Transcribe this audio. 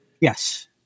Yes